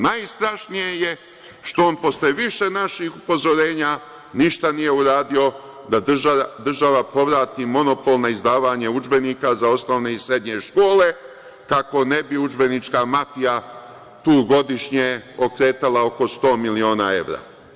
Najstrašnije je što on, posle više naših upozorenja, ništa nije uradio da država povrati monopol na izdavanje udžbenika za osnovne i srednje škole kako ne bi udžbenička mafija tu godišnje okretala oko 100 miliona evra.